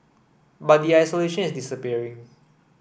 but the isolation is disappearing